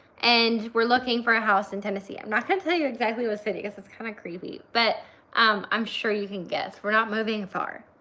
and we're looking for a house in tennessee. i'm not gonna tell you exactly what city cause it's kind of creepy but um i'm sure you can guess. we're not moving far.